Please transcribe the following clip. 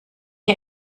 ihr